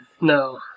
No